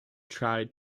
tried